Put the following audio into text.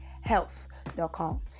health.com